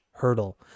hurdle